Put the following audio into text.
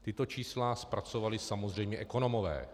Tato čísla zpracovali samozřejmě ekonomové.